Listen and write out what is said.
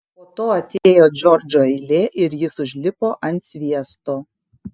po to atėjo džordžo eilė ir jis užlipo ant sviesto